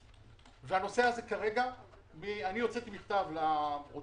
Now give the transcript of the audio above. לא הייתי בתפקיד למשך תקופה מסוימת ואז חזרתי לתפקיד.